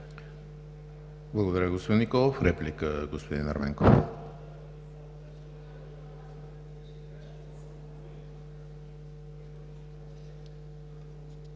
Благодаря, господин Николов. Реплика – господин Ерменков.